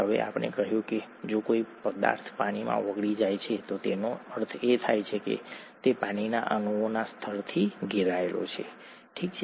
હવે આપણે કહ્યું કે જો કોઈ પદાર્થ પાણીમાં ઓગળી જાય છે તો તેનો અર્થ એ છે કે તે પાણીના અણુઓના સ્તરથી ઘેરાયેલો છે ઠીક છે